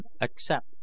accept